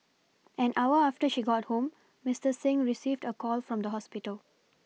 an hour after she got home Mister Singh received a call from the hospital